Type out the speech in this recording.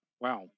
Wow